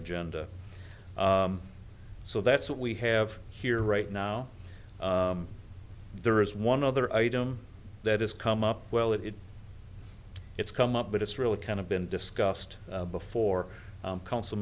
agenda so that's what we have here right now there is one other item that has come up well it it's come up but it's really kind of been discussed before council